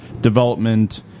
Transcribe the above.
development